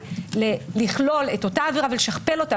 בעיניי לכלול את אותה עבירה ולשכפל אותה